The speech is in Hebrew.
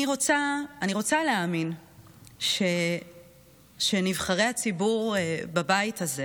אני רוצה להאמין שנבחרי הציבור בבית הזה